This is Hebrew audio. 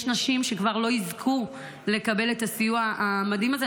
יש נשים שכבר לא יזכו לקבל את הסיוע המדהים הזה.